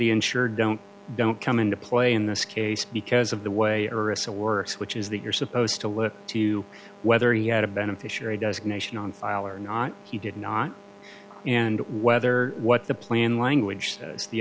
the insured don't don't come into play in this case because of the way arista works which is that you're supposed to look to whether he had a beneficiary designation on file or not he did not and whether what the plan language